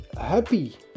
happy